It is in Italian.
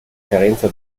carenza